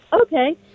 Okay